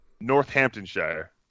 Northamptonshire